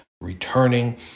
Returning